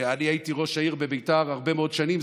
אני הייתי ראש העיר בביתר הרבה מאוד שנים,